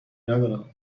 ندارم